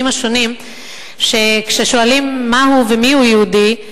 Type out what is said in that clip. השונים הוא שכששואלים מהו ומיהו יהודי,